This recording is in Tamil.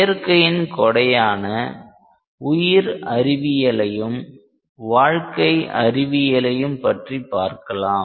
இயற்கையின் கொடையான உயிர் அறிவியலையும் வாழ்க்கை அறிவியலையும் பற்றி பார்க்கலாம்